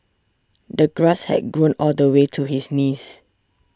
the grass had grown all the way to his knees